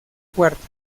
cuarta